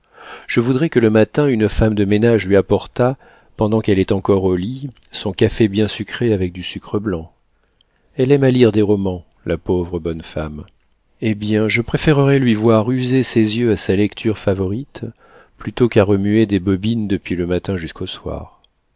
je voudrais que le matin une femme de ménage lui apportât pendant qu'elle est encore au lit son café bien sucré avec du sucre blanc elle aime à lire des romans la pauvre bonne femme eh bien je préférerais lui voir user ses yeux à sa lecture favorite plutôt qu'à remuer des bobines depuis le matin jusqu'au soir